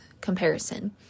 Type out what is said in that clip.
comparison